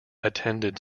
attended